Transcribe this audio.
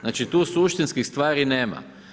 Znači tu suštinskih stvari nema.